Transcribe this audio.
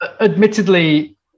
Admittedly